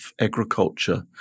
agriculture